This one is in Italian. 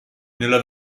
nella